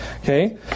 okay